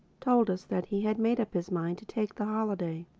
told us that he had made up his mind to take the holiday.